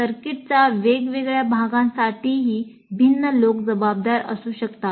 सर्किटच्या वेगवेगळ्या भागांसाठीही भिन्न लोक जबाबदार असू शकतात